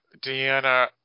Deanna